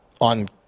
on